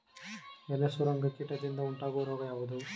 ಎಲೆ ಸುರಂಗ ಕೀಟದಿಂದ ಉಂಟಾಗುವ ರೋಗ ಯಾವುದು?